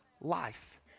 life